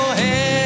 head